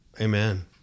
Amen